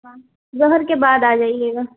ظہر کے بعد آ جائیے گا